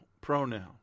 pronoun